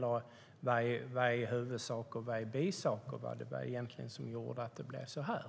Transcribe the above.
Vad är huvudsak, och vad är bisak? Vad var det egentligen som gjorde att det blev så här?